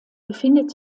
befindet